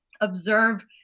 observe